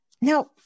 Now